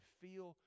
feel